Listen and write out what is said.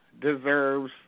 deserves